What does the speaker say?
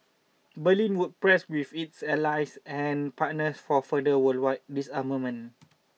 Berlin would press with its allies and partners for further worldwide disarmament